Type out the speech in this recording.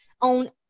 on